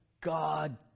God